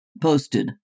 posted